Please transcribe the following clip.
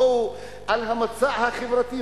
בואו על המצע החברתי,